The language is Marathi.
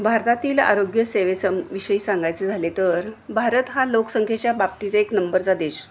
भारतातील आरोग्य सेवेविषयी सांगायचे झाले तर भारत हा लोकसंख्येच्या बाबतीत एक नंबरचा देश